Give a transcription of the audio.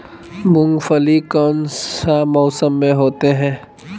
मूंगफली कौन सा मौसम में होते हैं?